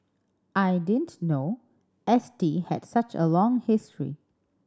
I didn't know S T had such a long history